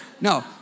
No